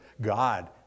God